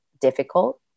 difficult